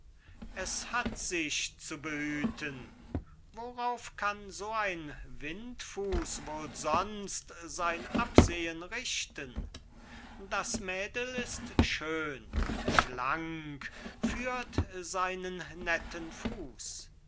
es hat sich zu behüten worauf kann so ein windfuß wohl sonst sein absehen richten das mädel ist schön schlank führt seinen netten fuß